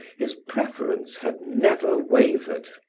his preference had never wavered.